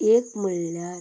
एक म्हणल्यार